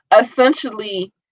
Essentially